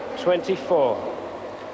twenty-four